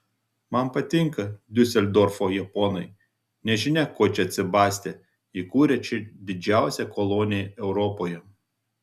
man patinka diuseldorfo japonai nežinia ko čia atsibastę įkūrę čia didžiausią koloniją europoje